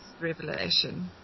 revelation